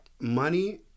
Money